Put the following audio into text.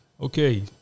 Okay